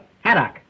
Haddock